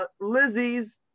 Lizzie's